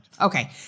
Okay